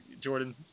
Jordan